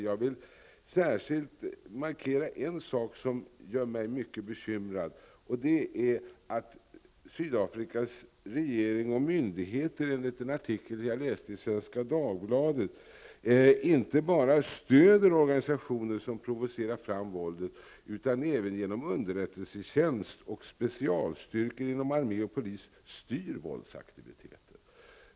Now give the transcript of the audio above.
Något som gör mig mycket bekymrad och som jag särskilt vill markera är att Sydafrikas regering och myndigheter, enligt en artikel i Svenska Dagbladet, inte bara stödjer organisationer som provocerar fram våldet utan även styr våldsaktiviteter genom underrättelsetjänst och specialstyrkor inom armé och polis.